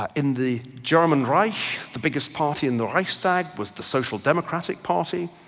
ah in the german reich, the biggest party in the reichstag was the social democratic party,